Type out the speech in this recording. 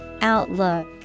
Outlook